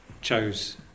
chose